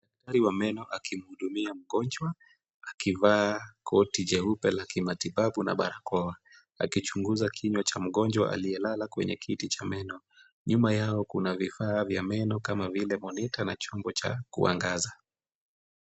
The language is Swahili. Daktari wa meno akimhudumia mgonjwa akivaa koti jeupe la kimatibabu na barakoa akichunguza kinywa cha mgonjwa aliyelala kwenye kiti cha meno. Nyuma yao kuna vifaa vya meno kama vile monita na chombo cha kuangaza.